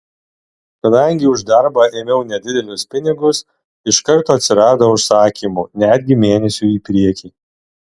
kadangi už darbą ėmiau nedidelius pinigus iš karto atsirado užsakymų netgi mėnesiui į priekį